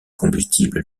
combustible